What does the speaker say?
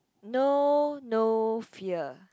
know no fear